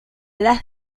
las